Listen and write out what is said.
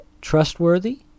trustworthy